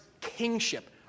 kingship